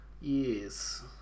Yes